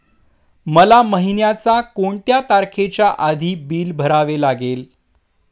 मला महिन्याचा कोणत्या तारखेच्या आधी बिल भरावे लागेल?